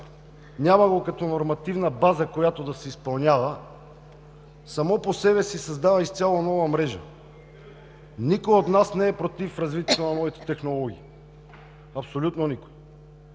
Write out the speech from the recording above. няма го като нормативна база, която да се изпълнява, само по себе си създава изцяло нова мрежа. Никой от нас не е против развитието на новите технологии. Абсолютно никой!